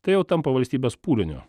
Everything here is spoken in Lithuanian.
tai jau tampa valstybės pūliniu